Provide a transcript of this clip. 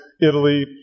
Italy